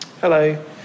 Hello